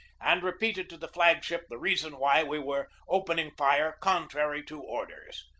and repeated to the flag-ship the reason why we were opening fire contrary to orders.